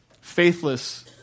faithless